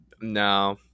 No